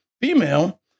female